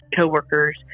co-workers